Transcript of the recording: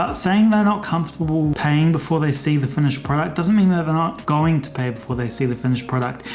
ah saying they're not comfortable paying before they see the finished product. doesn't mean they're they're not going to pay before they see the finished product.